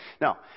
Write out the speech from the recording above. Now